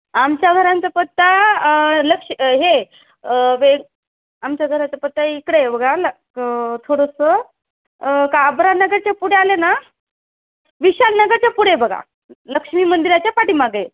आमच्या घरांचा पत्ता लक्ष हे वेग आमच्या घराचं पत्ता इकडे आहे बघा ल क थोडंसं काबरा नगरच्या पुढे आले ना विशाल नगरच्या पुढे बघा लक्ष्मी मंदिराच्या पाठीमागं आहे